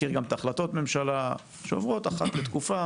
מכיר גם את החלטות הממשלה שעוברות אחת לתקופה.